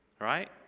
Right